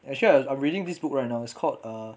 actually I I'm reading this book right now it's called um